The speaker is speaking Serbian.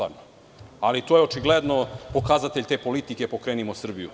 Ali, to je očigledno pokazatelj te politike „Pokrenimo Srbiju“